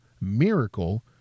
Miracle